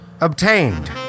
obtained